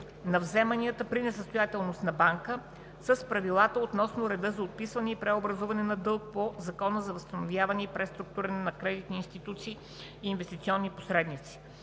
на вземанията при несъстоятелност на банка с правилата относно реда за отписване и преобразуване на дълг по Закона за възстановяване и преструктуриране на кредитни институции и инвестиционни посредници.